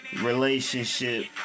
relationship